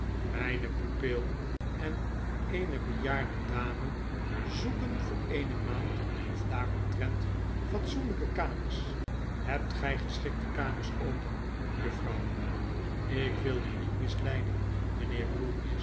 myne pupil en eene bejaarde dame zoeken voor eene maand of daaromtrent fatsoenlijke kamers hebt gy geschikte kamers open juffrouw jk wil u niet misleiden